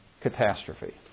catastrophe